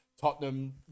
tottenham